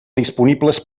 disponibles